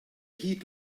heat